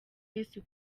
yesu